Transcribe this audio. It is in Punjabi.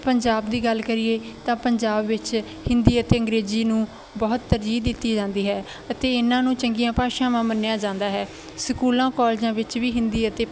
ਪੰਜਾਬ ਦੀ ਗੱਲ ਕਰੀਏ ਤਾਂ ਪੰਜਾਬ ਵਿੱਚ ਹਿੰਦੀ ਅਤੇ ਅੰਗਰੇਜ਼ੀ ਨੂੰ ਬਹੁਤ ਤਰਜੀਹ ਦਿੱਤੀ ਜਾਂਦੀ ਹੈ ਅਤੇ ਇਹਨਾਂ ਨੂੰ ਚੰਗੀਆਂ ਭਾਸ਼ਾਵਾਂ ਮੰਨਿਆ ਜਾਂਦਾ ਹੈ ਸਕੂਲਾਂ ਕਾਲਜਾਂ ਵਿੱਚ ਵੀ ਹਿੰਦੀ ਅਤੇ